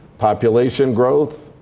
population growth,